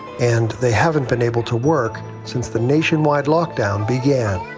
and they haven't been able to work since the nationwide lockdown began.